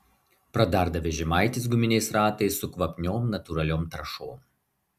pradarda vežimaitis guminiais ratais su kvapniom natūraliom trąšom